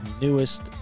newest